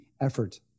effort